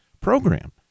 program